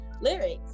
lyrics